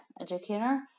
educator